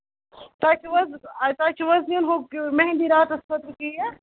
تۄہہِ چھُو حظ تۄہہِ چھُو حظ نیُن یہِ مہنٛدی راتَس خٲطرٕ کیک